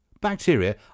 Bacteria